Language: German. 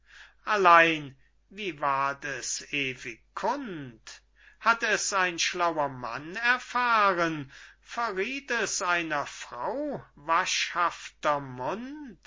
allein wie ward es ewig kund hat es ein schlauer mann erfahren verriet es einer frau waschhafter